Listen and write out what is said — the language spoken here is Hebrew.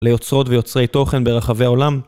ליוצרות ויוצרי תוכן ברחבי העולם